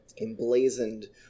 emblazoned